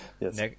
Yes